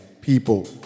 people